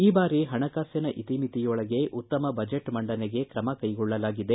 ಈ ಬಾರಿ ಹಣಕಾಸಿನ ಇತಿಮಿತಿಯೊಳಗೆ ಉತ್ತಮ ಬಜೆಟ್ ಮಂಡನೆಗೆ ಕ್ರಮ ಕೈಗೊಳ್ಳಲಾಗಿದೆ